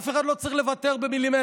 אף אחד לא צריך לוותר במילימטר